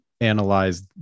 analyze